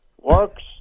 works